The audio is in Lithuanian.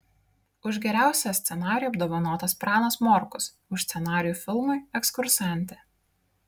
už geriausią scenarijų apdovanotas pranas morkus už scenarijų filmui ekskursantė